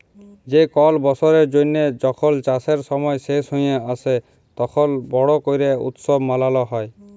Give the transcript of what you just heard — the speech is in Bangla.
যে কল বসরের জ্যানহে যখল চাষের সময় শেষ হঁয়ে আসে, তখল বড় ক্যরে উৎসব মালাল হ্যয়